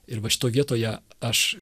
ir va šitoj vietoje aš